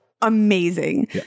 Amazing